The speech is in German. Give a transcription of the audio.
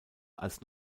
als